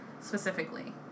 Specifically